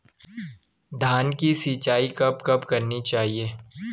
धान की सिंचाईं कब कब करनी चाहिये?